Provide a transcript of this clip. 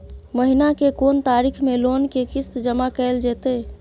महीना के कोन तारीख मे लोन के किस्त जमा कैल जेतै?